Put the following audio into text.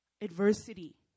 adversity